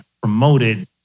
promoted